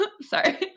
Sorry